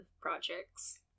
projects